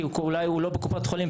כי אולי הוא לא בקופת חולים.